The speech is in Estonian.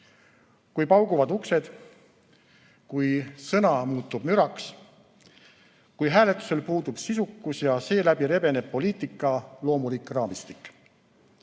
kui pauguvad uksed, kui sõna muutub müraks, kui hääletusel puudub sisukus ja seeläbi rebeneb poliitika loomulik raamistik.